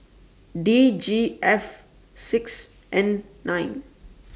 D G F six N nine